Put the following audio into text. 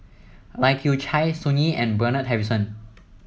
Lai Kew Chai Sun Yee and Bernard Harrison